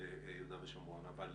ביהודה ושומרון, אבל